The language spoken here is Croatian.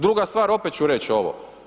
Druga stvar, opet ću reć ovo.